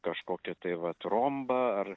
kažkokį tai vat rombą ar